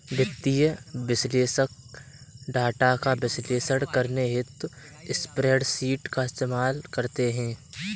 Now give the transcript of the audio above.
वित्तीय विश्लेषक डाटा का विश्लेषण करने हेतु स्प्रेडशीट का इस्तेमाल करते हैं